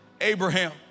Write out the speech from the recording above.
Abraham